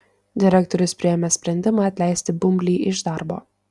direktorius priėmė sprendimą atleisti bumblį iš darbo